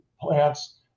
plants